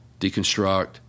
deconstruct